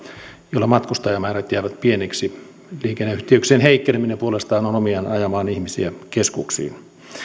joilla matkustajamäärät jäävät pieniksi liikenneyhteyksien heikkeneminen puolestaan on on omiaan ajamaan ihmisiä keskuksiin